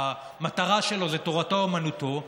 המטרה שלו זה תורתו אומנותו.